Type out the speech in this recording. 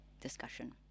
discussion